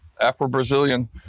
Afro-Brazilian